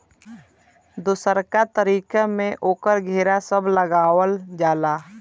दोसरका तरीका में ओकर घेरा सब लगावल जाला